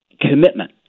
commitment